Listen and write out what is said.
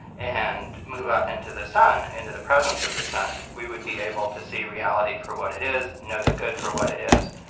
and move up into the sun, into the presence of the sun, we would be able to see reality for what it is, know the good for what it is.